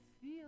feel